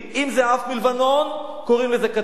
אם זה עף מלבנון, קוראים לזה "קטיושה",